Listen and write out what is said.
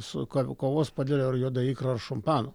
su ka kavos puodeliu juoda ikra ir šampanu